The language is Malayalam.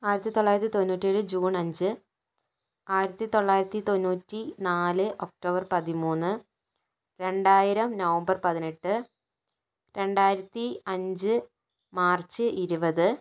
ആയിരത്തി തൊള്ളായിരത്തി തൊണ്ണൂറ്റേഴ് ജൂൺ അഞ്ച് ആയിരത്തി തൊള്ളായിരത്തി തൊണ്ണൂറ്റി നാല് ഒക്ടോബർ പതിമൂന്ന് രണ്ടായിരം നവംബർ പതിനെട്ട് രണ്ടായിരത്തി അഞ്ച് മാർച്ച് ഇരുപത്